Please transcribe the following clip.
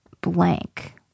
blank